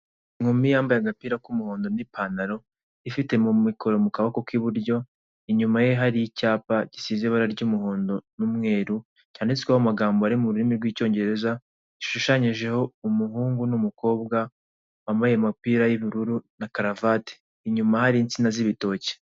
Inkumi yambaye agapira k'umuhondo n'ipantaro ifite mikoro mu kaboko k'iburyo inyuma ye hari icyapa gisize ibara ry'umuhondo n'umweru, cyanditsweho amagambo ari mu rurimi rw'icyongereza gishushanyijeho umuhungu n'umukobwa wambaye umupira y'ubururu na karavati inyuma hari insina z'ibitoki.